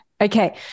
Okay